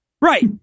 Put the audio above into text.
Right